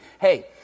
hey